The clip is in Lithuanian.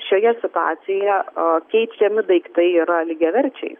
šioje situacijoje keičiami daiktai yra lygiaverčiai